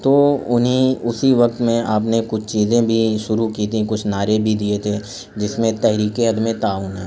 تو انہیں اسی وقت میں آپ نے کچھ چیزیں بھی شروع کی تھیں کچھ نعرے بھی دیے تھے جس میں تحریکِ عدمِ تعاون ہے